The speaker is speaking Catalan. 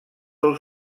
els